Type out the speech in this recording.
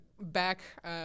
Back